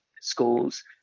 schools